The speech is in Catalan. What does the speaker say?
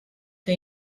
que